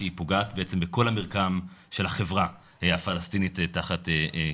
שהיא פוגעת בעצם בכל המרקם של החברה הפלסטינית תחת כיבוש.